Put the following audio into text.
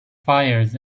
fires